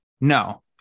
no